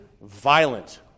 violent